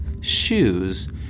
shoes